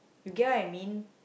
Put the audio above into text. you get what I mean